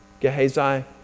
Gehazi